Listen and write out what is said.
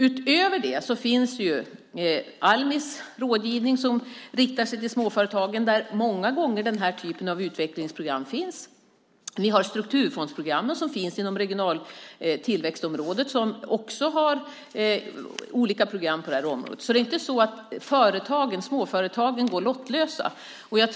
Utöver det finns Almis rådgivning som riktar sig till småföretagen. Där finns många gånger denna typ av utvecklingsprogram. Vi har strukturfondsprogrammen som finns inom de regionala tillväxtområden som också har olika program på området. Det är alltså inte så att småföretagen går lottlösa.